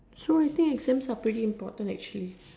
so I think exams are pretty important actually